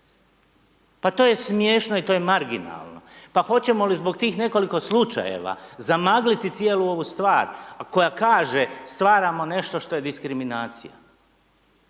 pa to je smiješno i to je marginalno. Pa hoćemo li zbog tih nekoliko slučajeva zamagliti cijelu ovu stvar koja kaže stvaramo nešto što je diskriminacija.